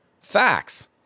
facts